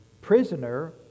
prisoner